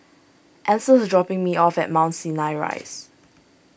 Ancel is dropping me off at Mount Sinai Rise